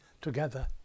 together